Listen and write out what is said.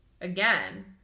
again